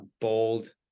bold